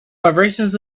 vibrations